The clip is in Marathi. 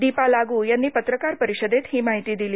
दीपा लागू यांनी पत्रकार परिषदेत ही माहिती दिली